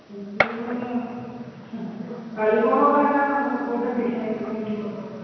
କି ବୋଲେ ଭାଇନା ମୋର ପଇସା ଟିକେ ରିଟର୍ନ କରିଦେବ